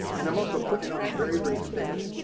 and i'm also putting it on very, very thin.